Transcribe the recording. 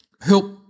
help